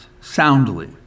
soundly